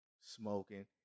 smoking